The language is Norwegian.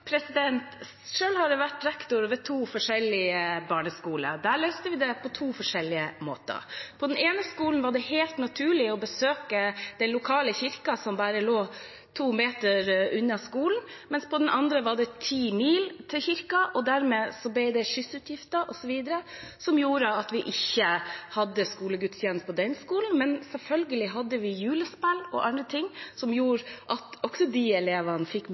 helt naturlig å besøke den lokale kirken, som lå bare to meter unna skolen, mens fra den andre var det ti mil til kirken. Dermed ble det skyssutgifter osv. som gjorde at vi ikke hadde skolegudstjeneste på den skolen, men selvfølgelig hadde vi julespill og andre ting som gjorde at også de elevene fikk mulighet til å få inn det kristne budskapet i forbindelse med julen. Da brukte vi